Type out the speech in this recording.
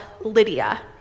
lydia